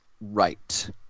right